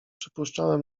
przypuszczałem